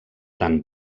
tan